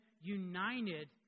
united